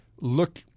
look